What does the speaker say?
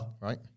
Right